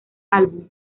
álbum